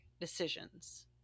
decisions